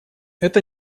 это